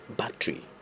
battery